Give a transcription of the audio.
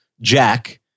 Jack